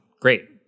Great